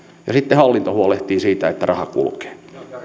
ja sitten hallinto huolehtii siitä että raha kulkee